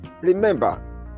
remember